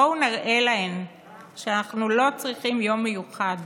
בואו נראה להן שאנחנו לא צריכים יום מיוחד